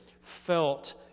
felt